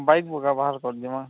bike ବୁକା ବାହାର କର ଜିମା